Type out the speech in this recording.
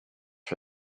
for